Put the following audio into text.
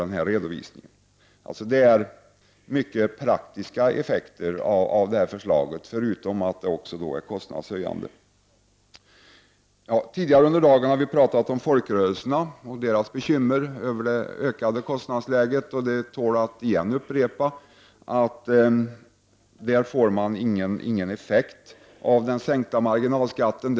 Det här förslaget får alltså många praktiska svårigheter som följd, förutom att de också är kostnadsökande. Tidigare under dagen har vi talat om folkrörelserna och deras bekymmer över det ökade kostnadsläget. Det tål att upprepa att man där inte får någon effekt av den sänkta marginalskatten.